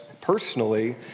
personally